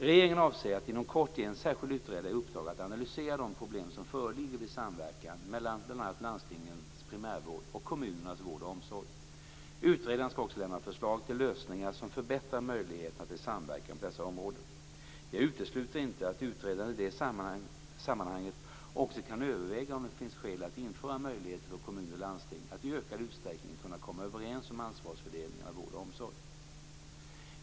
Regeringen avser att inom kort ge en särskild utredare i uppdrag att analysera de problem som föreligger vid samverkan mellan bl.a. landstingens primärvård och kommunernas vård och omsorg. Utredaren skall också lämna förslag till lösningar som förbättrar möjligheterna till samverkan på dessa områden. Jag utesluter inte att utredaren i det sammanhanget också kan överväga om det finns skäl att införa möjligheter för kommuner och landsting att i ökad utsträckning kunna komma överens om ansvarsfördelningen av vården och omsorgen.